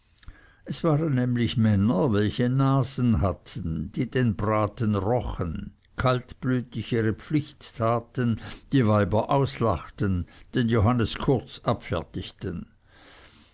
es waren nämlich männer welche nasen hatten die den braten rochen kaltblütig ihre pflicht taten die weiber auslachten den johannes kurz abfertigten